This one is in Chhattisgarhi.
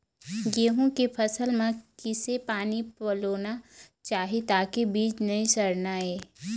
गेहूं के फसल म किसे पानी पलोना चाही ताकि बीज नई सड़ना ये?